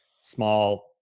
small